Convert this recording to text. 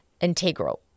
integral